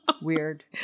Weird